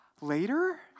later